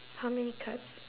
how many cards